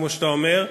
כמו שאתה אומר,